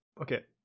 Okay